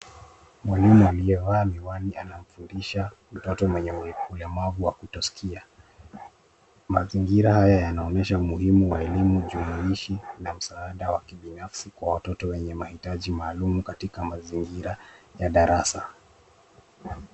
Mwalimu aliyevaa miwani anamfundisha mtoto mwenye ulemavu wa kutoskia. Mazingira haya yanaonyesha umuhimu wa elimu jumuishi na msaada wa kibinafsi kwa watoto wenye mahitaji maalum katika mazingira ya darasa.